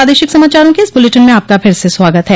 प्रादेशिक समाचारों के इस बुलेटिन में आपका फिर से स्वागत है